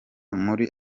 muri